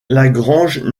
lagrange